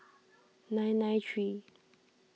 nine nine three